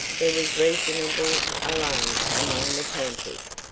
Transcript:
there was reasonable alarm among the campers.